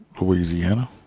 Louisiana